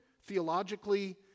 theologically